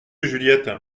juliette